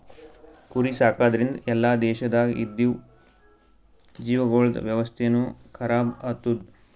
ಕುರಿ ಸಾಕದ್ರಿಂದ್ ಎಲ್ಲಾ ದೇಶದಾಗ್ ಇದ್ದಿವು ಜೀವಿಗೊಳ್ದ ವ್ಯವಸ್ಥೆನು ಖರಾಬ್ ಆತ್ತುದ್